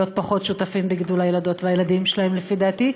פחות שותפים בגידול הילדות והילדים שלהם לפי דעתי,